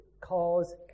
cause